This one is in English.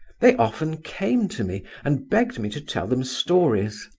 they often came to me and begged me to tell them stories.